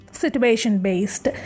Situation-based